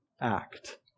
act